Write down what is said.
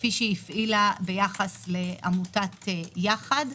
כפי שהפעילה ביחס לעמותת יחד.